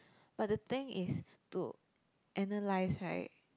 but the thing is to analyze right